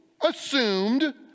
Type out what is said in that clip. assumed